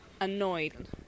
annoyed